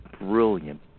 brilliant